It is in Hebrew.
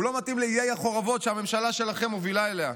הוא לא מתאים לעיי החורבות שהממשלה שלכם מובילה אליהם.